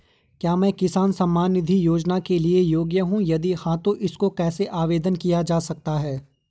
क्या मैं किसान सम्मान निधि योजना के लिए योग्य हूँ यदि हाँ तो इसको कैसे आवेदन किया जा सकता है?